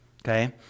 okay